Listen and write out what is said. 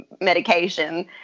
medication